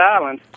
island